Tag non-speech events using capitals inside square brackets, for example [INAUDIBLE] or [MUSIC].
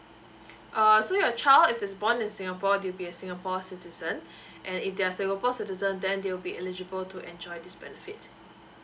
[BREATH] uh so your child if he's born in singapore they'll be a singapore citizen [BREATH] and if they're singapore citizen then they will be eligible to enjoy this benefit